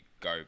go